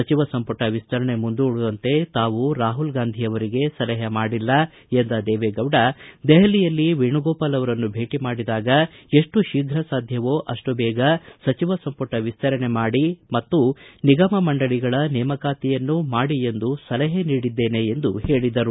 ಸಚಿವ ಸಂಪುಟ ವಿಸ್ತರಣೆ ಮುಂದೂಡುವಂತೆ ತಾವು ರಾಹುಲ್ ಗಾಂಧಿಯವರಿಗೆ ಸಲಹೆ ಮಾಡಿಲ್ಲ ಎಂದ ದೇವೇಗೌಡ ದೆಹಲಿಯಲ್ಲಿ ವೇಣುಗೋಪಾಲ್ ಅವರನ್ನು ಭೇಟ ಮಾಡಿದಾಗ ಎಷ್ಟು ಶೀಘ ಸಾಧ್ಯವೋ ಅಷ್ಟು ಬೇಗ ಸಚವ ಸಂಪುಟ ವಿಸ್ತರಣೆ ಮಾಡಿ ಮತ್ತು ನಿಗಮಮಂಡಳಿಗಳ ನೇಮಕಾತಿಯನ್ನೂ ಮಾಡಿ ಎಂದು ಸಲಹೆ ನೀಡಿದ್ದೇನೆ ಎಂದು ಹೇಳದರು